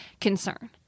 concern